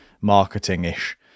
marketing-ish